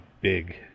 big